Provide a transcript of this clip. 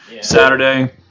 Saturday